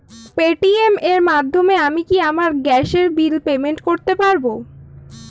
Paytm এর মাধ্যমে আমি কি আমার গ্যাসের বিল পেমেন্ট করতে পারব?